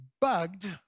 bugged